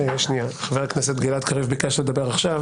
חבר הכנסת גלעד קריב, ביקשת לדבר עכשיו.